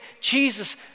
Jesus